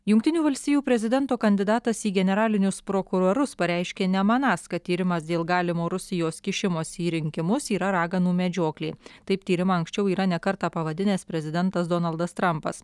jungtinių valstijų prezidento kandidatas į generalinius prokurorus pareiškė nemanąs kad tyrimas dėl galimo rusijos kišimosi į rinkimus yra raganų medžioklė taip tyrimą anksčiau yra ne kartą pavadinęs prezidentas donaldas trampas